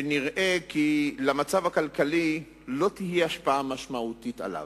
שנראה כי למצב הכלכלי לא תהיה השפעה משמעותית עליו.